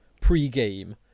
pre-game